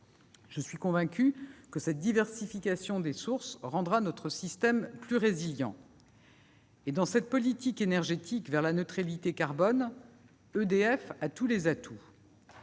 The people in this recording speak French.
Je suis convaincue que cette diversification des sources rendra notre système plus résilient ; dans cette politique énergétique vers la neutralité carbone, EDF a tous les atouts.